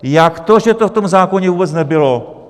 Jak to, že to v tom zákoně vůbec nebylo?